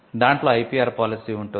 దాంట్లో IPR policy ఉంటుంది